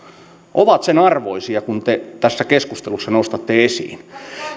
ovat sen arvoisia kuin te tässä keskustelussa nostatte esiin